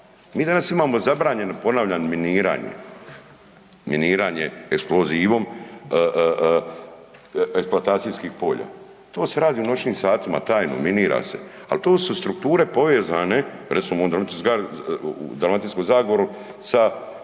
Mi danas imamo zabranjeno ponavljam miniranje, miniranje eksplozivom eksploatacijskih polja, to se radi u noćnim satima tajno minira se, ali tu su strukture povezane recimo u Dalmatinskoj zagori sa